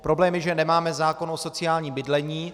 Problém je, že nemáme zákon o sociálním bydlení.